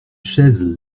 chaises